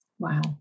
Wow